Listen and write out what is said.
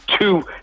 Two